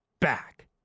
back